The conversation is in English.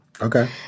Okay